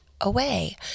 away